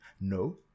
no